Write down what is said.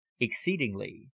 exceedingly